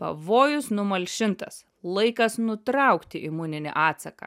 pavojus numalšintas laikas nutraukti imuninį atsaką